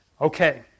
Okay